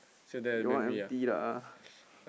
your one empty lah